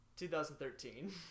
2013